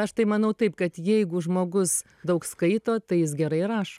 aš tai manau taip kad jeigu žmogus daug skaito tai jis gerai rašo